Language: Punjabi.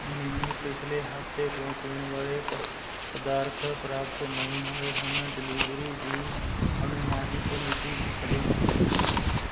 ਮੈਨੂੰ ਪਿਛਲੇ ਹਫ਼ਤੇ ਤੋਂ ਪੀਣ ਵਾਲੇ ਪ੍ਰ ਪਦਾਰਥ ਪ੍ਰਾਪਤ ਨਹੀਂ ਹੋਏ ਹਨ ਡਿਲੀਵਰੀ ਦੀ ਅਨੁਮਾਨਿਤ ਮਿਤੀ ਕਦੋਂ ਹੈ